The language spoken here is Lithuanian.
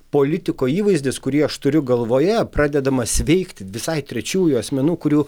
politiko įvaizdis kurį aš turiu galvoje pradedamas veikti visai trečiųjų asmenų kurių